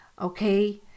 Okay